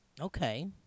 Okay